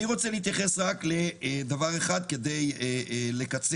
אני רוצה להתייחס רק לדבר אחד כדי לקצר.